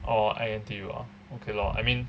orh I_N_T_U ah okay lor I mean